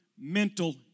mental